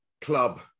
club